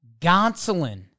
Gonsolin